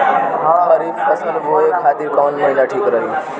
खरिफ फसल बोए खातिर कवन महीना ठीक रही?